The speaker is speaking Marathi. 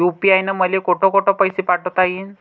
यू.पी.आय न मले कोठ कोठ पैसे पाठवता येईन?